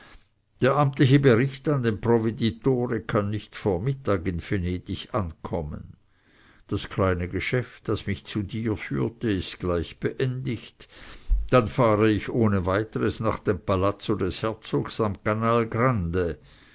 der amtliche bericht an den provveditore kann nicht vor mittag in venedig ankommen das kleine geschäft das mich zu dir führte ist gleich beendigt dann fahre ich ohne weiteres nach dem palazzo des herzogs am canal grande